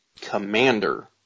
Commander